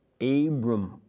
Abram